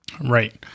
Right